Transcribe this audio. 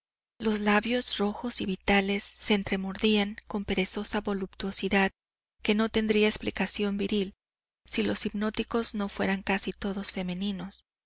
los labios rojos y vitales se entremordían con perezosa voluptuosidad que no tendría explicación viril si los hipnóticos no fueran casi todos femeninos